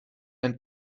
ein